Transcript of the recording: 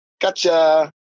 Gotcha